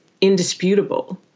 indisputable